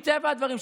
מטבע הדברים,